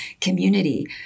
community